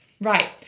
Right